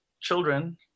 children